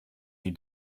you